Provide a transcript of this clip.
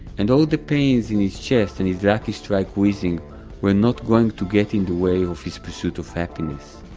and all the pains in his chest and his lucky-strike-wheezing were not going to get in the way of his pursuit of happiness